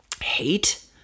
hate